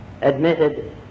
admitted